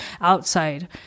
outside